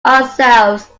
ourselves